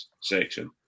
section